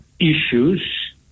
issues